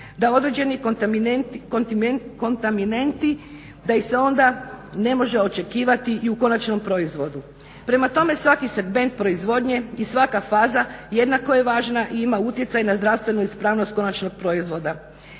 da određeni kontaminenti, da ih se onda ne može očekivati i u konačnom proizvodu. Prema tome, svaki segment proizvodnje i svaka faza jednako je važna i ima utjecaj na zdravstvenu ispravnost konačnog proizvoda.